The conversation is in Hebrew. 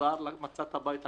חזר ומצא שהכול מוצף.